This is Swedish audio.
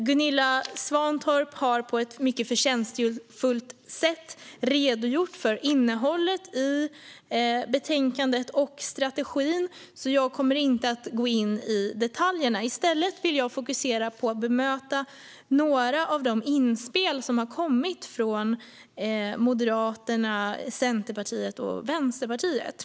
Gunilla Svantorp har på ett mycket förtjänstfullt sätt redogjort för innehållet i betänkandet och strategin, så jag kommer inte att gå in i detaljerna. I stället ska jag fokusera på att bemöta några av de inspel som har kommit från Moderaterna, Centerpartiet och Vänsterpartiet.